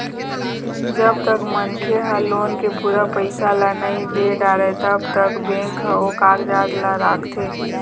जब तक मनखे ह लोन के पूरा पइसा ल नइ दे डारय तब तक बेंक ह ओ कागजात ल राखथे